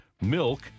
milk